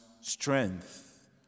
strength